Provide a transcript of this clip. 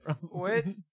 Wait